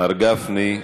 מר גפני,